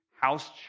house